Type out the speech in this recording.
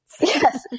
Yes